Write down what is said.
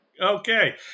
Okay